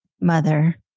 mother